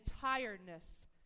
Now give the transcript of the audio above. tiredness